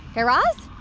guy raz?